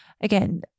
again